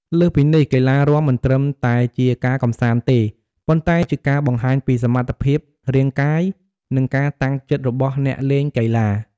លើសពីនេះ កីឡារាំមិនត្រឹមតែជាការកម្សាន្តទេ ប៉ុន្តែជាការបង្ហាញពីសមត្ថភាពរាងកាយ និងការតាំងចិត្តរបស់អ្នកលេងកីឡា។